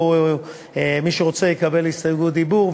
מי שרוצה יקבל הסתייגות דיבור.